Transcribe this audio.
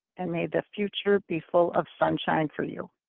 and made the future be full of sunshine for you.